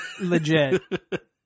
Legit